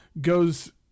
goes